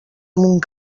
amunt